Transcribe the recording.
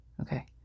Okay